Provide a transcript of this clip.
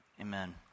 amen